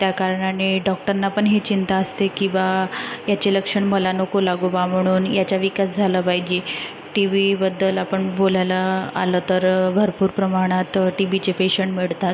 त्या कारणाने डॉक्टरना पण ही चिंता असते की बा याचे लक्षण मला नको लागो बा म्हणून याचा विकास झाला पाहिजे टी बीबद्दल आपण बोलायला आलं तर भरपूर प्रमाणात टी बीचे पेशंट मिळतात